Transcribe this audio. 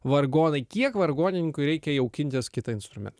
vargonai kiek vargonininkui reikia jaukintis kitą instrumentą